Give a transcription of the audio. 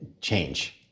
change